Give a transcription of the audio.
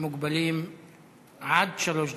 מוגבלים עד שלוש דקות.